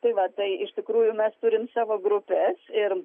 tai va tai iš tikrųjų mes turim savo grupes ir